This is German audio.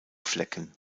flecken